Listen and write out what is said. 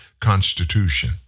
Constitution